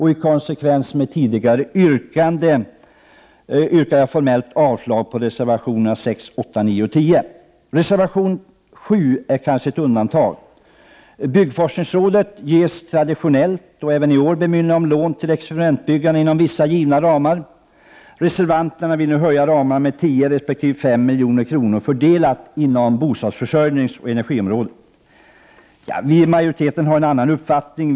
I konsekvens med tidigare yrkanden yrkar jag formellt avslag på reservationerna nr 6, 8, 9 och 10. Reservation nr 7 är kanske ett undantag. Byggforskningsrådet ges traditionellt och även i år bemyndigande om lån till experimentbyggande inom vissa givna ramar. Reservanterna vill nu höja ramarna med 10 resp. 5 miljoner, fördelat inom bostadsförsörjningsoch energiområdet. Majoriteten har en annan uppfattning.